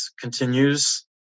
continues